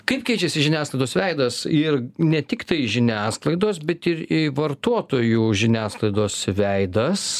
kaip keičiasi žiniasklaidos veidas ir ne tiktai žiniasklaidos bet ir vartotojų žiniasklaidos veidas